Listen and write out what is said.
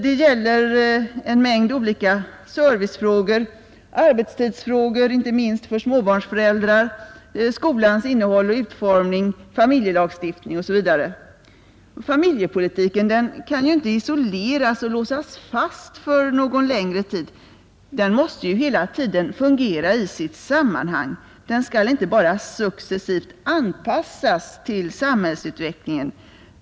Det gäller en mängd olika servicefrågor: arbetstidsfrågor — inte minst för småbarnsföräldrar — skolans innehåll och utformning, familjelagstiftning osv. Familjepolitiken kan inte isoleras och låsas fast för någon längre tid. Den måste hela tiden fungera i sitt sammanhang. Den skall inte bara successivt anpassas till samhällsutvecklingen.